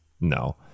no